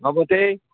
अब चाहिँ